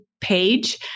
page